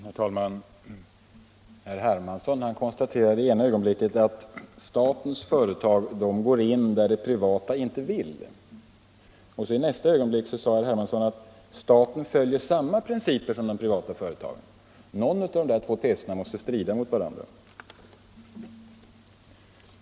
Herr talman! Herr Hermansson konstaterar i det ena ögonblicket att statens företag går in där de privata inte vill, och i nästa ögonblick säger han att staten följer samma principer som de privata företagen. De där två teserna måste strida mot varandra.